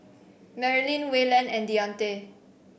Marilynn Wayland and Deante